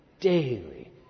Daily